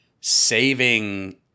saving